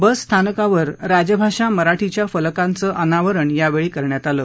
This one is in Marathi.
बस स्थानकावर राजभाषा मराठीच्या फलकाचं अनावरण यावेळी करण्यात आलं